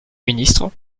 ministre